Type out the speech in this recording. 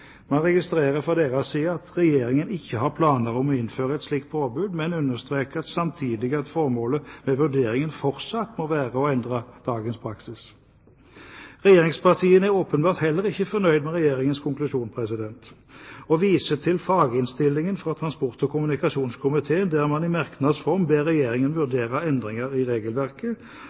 Man registrerer fra deres side at Regjeringen ikke har planer om å innføre et slikt påbud, men understreker samtidig at formålet med vurderingen fortsatt må være å endre dagens praksis. Regjeringspartiene er åpenbart heller ikke fornøyd med Regjeringens konklusjon, og de viser til faginnstillingen fra transport- og kommunikasjonskomiteen, der man i merknads form ber Regjeringen vurdere endringer i regelverket